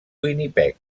winnipeg